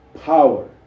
power